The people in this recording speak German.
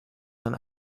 man